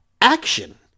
Action